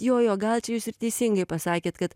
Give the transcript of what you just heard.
jo jo gal čia jūs ir teisingai pasakėt kad